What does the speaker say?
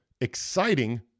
exciting